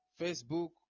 facebook